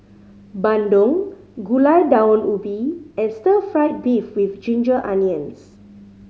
bandung Gulai Daun Ubi and stir fried beef with ginger onions